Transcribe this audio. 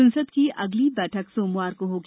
संसद की अगली बैठक सोमवार को होगी